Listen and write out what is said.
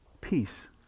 peace